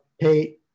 pay